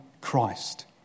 Christ